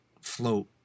float